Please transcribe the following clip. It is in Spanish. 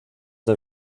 del